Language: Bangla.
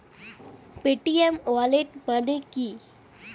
পেটিএম ওয়ালেট মানে কি?